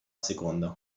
seconda